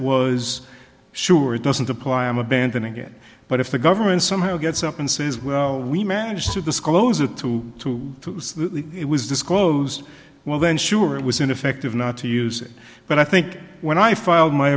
was sure it doesn't apply i'm abandoning it but if the government somehow gets up and says well we managed to disclose it to two it was disclosed well then sure it was ineffective not to use it but i think when i filed my